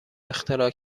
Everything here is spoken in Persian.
اختراع